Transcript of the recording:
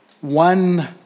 one